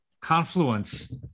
confluence